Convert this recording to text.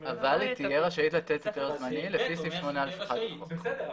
אבל היא תהיה רשאית לתת היתר זמני לפי סעיף 8א1. בסדר,